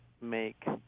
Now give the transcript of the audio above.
make